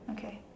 okay